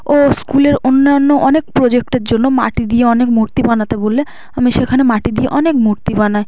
ও স্কুলের অন্যান্য অনেক প্রোজেক্টের জন্য মাটি দিয়ে অনেক মূর্তি বানাতে বললে আমি সেখানে মাটি দিয়ে অনেক মূর্তি বানাই